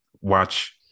watch